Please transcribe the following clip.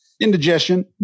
Indigestion